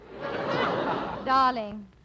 Darling